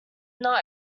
not